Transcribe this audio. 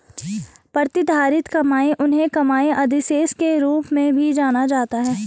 प्रतिधारित कमाई उन्हें कमाई अधिशेष के रूप में भी जाना जाता है